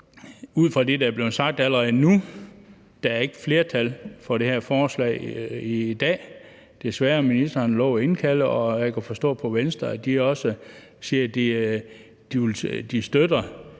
ud fra det, der er blevet sagt allerede nu, ikke er flertal for det her forslag i dag – desværre. Ministeren har lovet at indkalde til drøftelser, og jeg kan forstå på Venstre, at de også siger, at de støtter